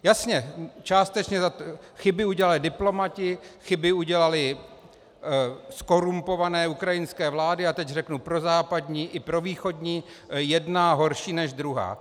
Jasně, chyby udělali diplomati, chyby udělaly zkorumpované ukrajinské vlády a teď řeknu prozápadní i provýchodní, jedna horší než druhá.